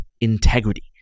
integrity